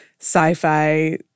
sci-fi